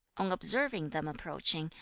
on observing them approaching,